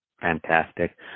Fantastic